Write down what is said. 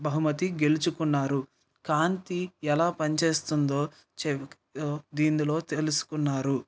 బహుమతి గెలుచుకున్నారు కాంతి ఎలా పని చేస్తుందో చె ఇందులో తెలుసుకున్నారు